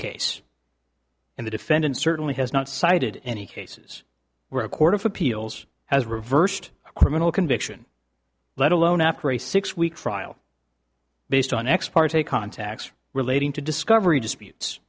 case in the defendant certainly has not cited any cases where a court of appeals has reversed a criminal conviction let alone after a six week trial based on ex parte contacts relating to discovery disputes